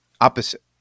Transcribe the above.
Opposite